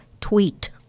tweet